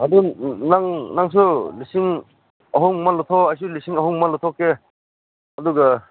ꯑꯗꯨ ꯅꯪꯁꯨ ꯂꯤꯁꯤꯡ ꯑꯍꯨꯝ ꯑꯃ ꯂꯧꯊꯣꯛꯑꯣ ꯑꯩꯁꯨ ꯂꯤꯁꯤꯡ ꯑꯍꯨꯝ ꯑꯃ ꯂꯧꯊꯣꯛꯀꯦ ꯑꯗꯨꯒ